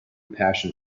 passion